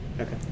Okay